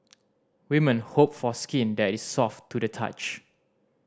women hope for skin that is soft to the touch